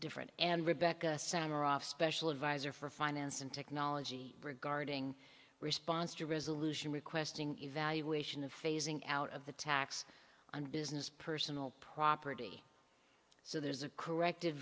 different and rebecca sourav special advisor for finance and technology regarding response to resolution requesting evaluation of phasing out of the tax on business personal property so there's a corrected